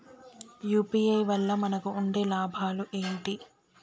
UPI వల్ల మనకు ఉండే లాభాలు ఏంటి?